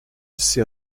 s’est